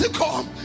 come